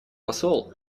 посол